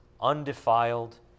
undefiled